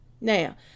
Now